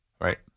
right